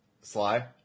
Sly